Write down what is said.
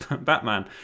batman